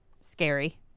scary